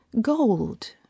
gold